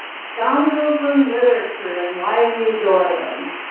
scoundrels in literature and why we adore